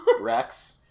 Rex